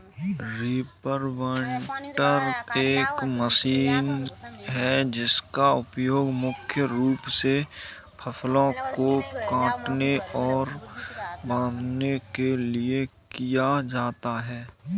reaper binder एक machine है जिसका उपयोग मुख्य रूप से फसलों को काटने और बांधने के लिए किया जाता है